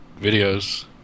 videos